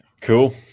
Cool